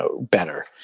better